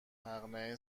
مقنعه